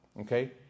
Okay